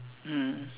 mm